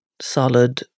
solid